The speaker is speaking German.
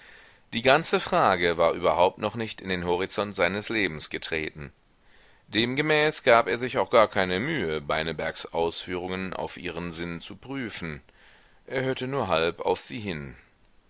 die ganze frage war überhaupt noch nicht in den horizont seines lebens getreten demgemäß gab er sich auch gar keine mühe beinebergs ausführungen auf ihren sinn zu prüfen er hörte nur halb auf sie hin